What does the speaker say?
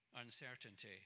uncertainty